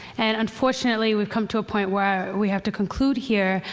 and unfortunately we've come to a point where we have to conclude here.